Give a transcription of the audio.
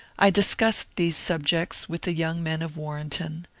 i discussed these subjects with the young men of warrenton,